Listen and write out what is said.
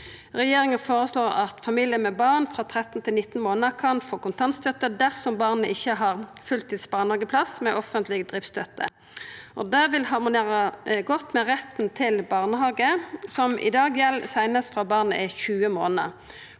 Regjeringa føreslår at familiar med barn frå 13 til 19 månadar kan få kontantstønad dersom barnet ikkje har fulltidsbarnehageplass med offentleg driftsstønad. Det vil harmonera godt med retten til barnehage, som i dag gjeld seinast frå barnet er 20 månader.